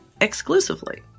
exclusively